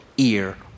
Ear